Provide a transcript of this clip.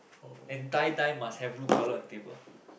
and die die must have blue color on the table